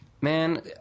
Man